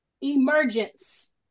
Emergence